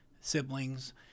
siblings